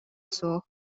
суох